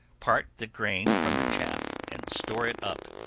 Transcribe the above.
part the grain from the chaff, and store it up.